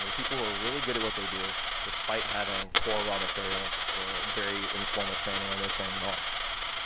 the people who are really good at what they do despite having poor raw materials or very informal training or no training at all.